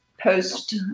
post